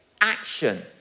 action